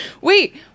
Wait